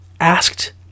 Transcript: asked